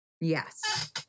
yes